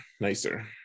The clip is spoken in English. nicer